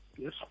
Yes